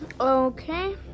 okay